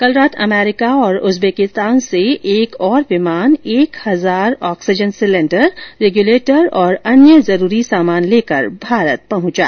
कल रात अमरीका और उज़्बेकिस्तान से एक और विमान एक हजार ऑक्सीजन सिलेंडर रेग्यूलेटर और अन्य जरुरी सामान लेकर भारत पहुंचा